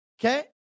okay